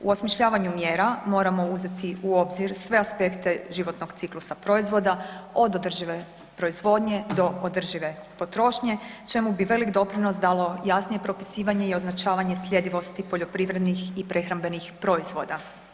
U osmišljavanju mjera moramo uzeti u obzir sve aspekte životnog ciklusa proizvoda od održive proizvodnje do održive potrošnje čemu bi velik doprinos dalo jasnije propisivanje i označavanje sljedivosti poljoprivrednih i prehrambenih proizvoda.